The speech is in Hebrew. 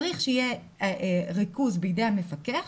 צריך שיהיה ריכוז בידי המפקח,